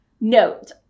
note